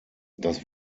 das